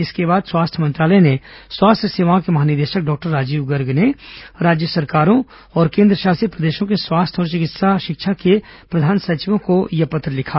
इसके बाद स्वास्थ्य मंत्रालय ने स्वास्थ्य सेवाओं के महानिदेशक डॉक्टर राजीव गर्ग ने राज्य सरकारों और केंद्रशासित प्रदेशों के स्वास्थ्य और चिकित्सा शिक्षा के प्रधान सचियों को यह पत्र लिखा